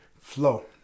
flow